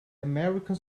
american